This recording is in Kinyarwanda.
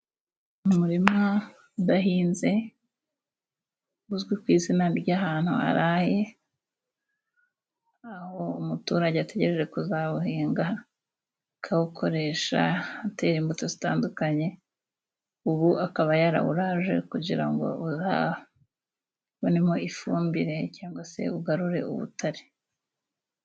Umurima udahinze uzwi ku izina ry'ahantu haraye aho umuturage ategereje kuzawuhinga akawukoresha atera imbuto zitandukanye. Ubu akaba yarawuraje kugira ngo uzabonemo ifumbire cyangwa se ugarure ubutare.